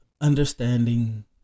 understanding